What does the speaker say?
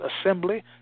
Assembly